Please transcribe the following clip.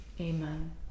amen